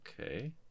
okay